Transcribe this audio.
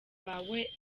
bawe